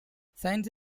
science